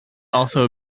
also